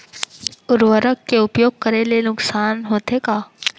उर्वरक के उपयोग करे ले नुकसान होथे का?